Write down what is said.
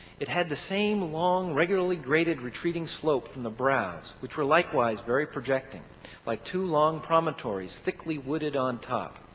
it had the same long regularly graded retreating slope from the brows which were likewise very projecting by like two long promontories thickly wooded on top.